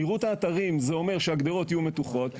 נראות האתרים אומר שהגדרות יהיו מתוחות.